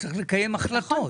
וצריך לקיים החלטות.